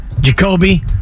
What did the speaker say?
Jacoby